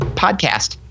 podcast